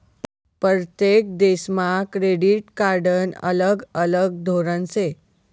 परतेक देशमा क्रेडिट कार्डनं अलग अलग धोरन शे